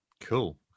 Cool